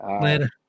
Later